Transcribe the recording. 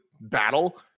battle